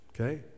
okay